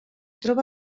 troba